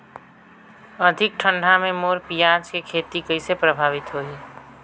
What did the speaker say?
अधिक ठंडा मे मोर पियाज के खेती कइसे प्रभावित होही?